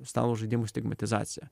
stalo žaidimų stigmatizacija